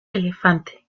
elefante